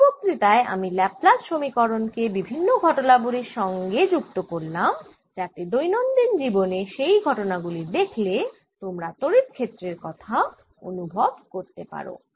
এই বক্তৃতায় আমি ল্যাপ্লাস সমীকরণ কে বিভিন্ন ঘটনাবলির সঙ্গে যুক্ত করলাম যাতে দৈনন্দিন জীবনে সেই ঘটনা গুলি দেখলে তোমরা তড়িৎ ক্ষেত্রের কথা অনুভব করতে পারো